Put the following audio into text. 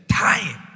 time